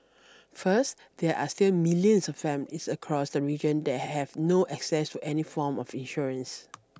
first there are still millions of families across the region that have no access to any form of insurance